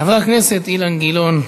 חבר הכנסת אילן גילאון,